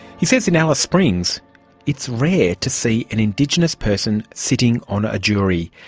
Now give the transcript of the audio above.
he says in alice springs it's rare to see an indigenous person sitting on a jury.